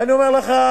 ואני אומר לך,